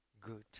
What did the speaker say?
good